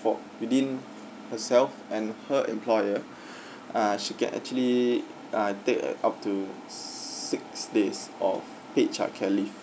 for within herself and her employer ah she can actually ah take up to six days of paid childcare leave